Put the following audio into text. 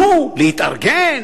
נו, להתארגן?